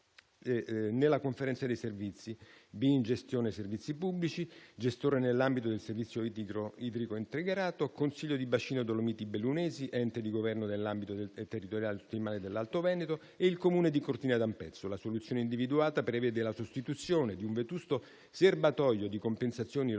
nella conferenza dei servizi: Bim gestione servizi pubblici, Spa gestore nell'ambito del servizio idrico integrato; Consiglio di bacino "Dolomiti Bellunesi", ente di governo nell'ambito territoriale ottimale dell'Alto Veneto, e il Comune di Cortina d'Ampezzo. La soluzione individuata prevede la sostituzione di un vetusto serbatoio di compensazioni,